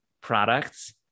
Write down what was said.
products